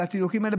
על התינוקים האלה,